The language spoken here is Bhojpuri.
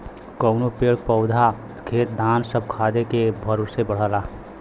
कउनो पेड़ पउधा खेत धान सब खादे के भरोसे बढ़ला